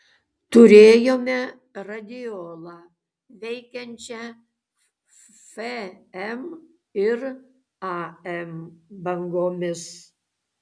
turėjome radiolą veikiančią fm ir am bangomis